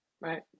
Right